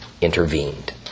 intervened